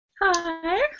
Hi